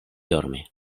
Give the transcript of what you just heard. dormi